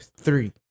three